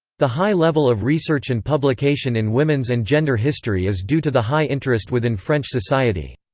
the high level of research and publication in women's and gender history is due to the high interest within french society.